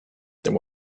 there